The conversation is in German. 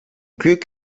glück